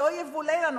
שלא יבולע לנו.